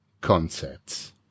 concepts